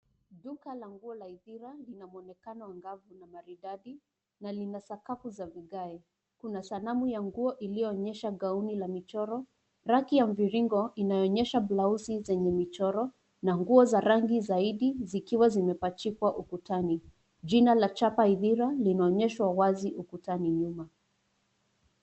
Duka la nguo la Idhira lina muonekano ngavu na maridadi na lina sakafu za vigae. Kuna sanamu ya nguo iliyoonyesha gauni la michoro, raki ya mviringo inayoonyesha blausi zenye michoro na nguo za rangi zaidi zikiwa zimepachikwa ukutani. Jina la chapa Idhira linaonyeshwa wazi ukutani nyuma.